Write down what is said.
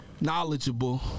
knowledgeable